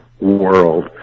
world